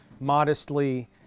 modestly